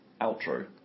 Outro